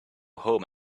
home